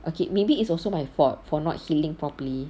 okay maybe it's also my fault for not healing properly